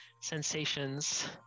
sensations